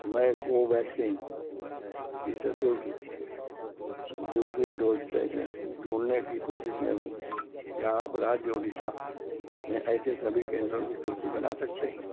मैं कोवैक्सीन की सशुल्क दूसरी डोज़ से ढूँढने की कोशिश में हूँ क्या आप राज्य ओडिशा में ऐसे सभी केंद्रो की सूची बना सकते हैं